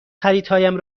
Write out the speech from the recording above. خریدهایم